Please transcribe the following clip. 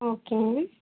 okay